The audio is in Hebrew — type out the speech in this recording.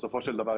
בסופו של דבר,